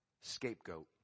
scapegoat